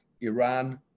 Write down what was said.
Iran